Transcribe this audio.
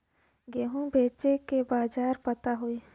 गेहूँ बेचे के बाजार पता होई?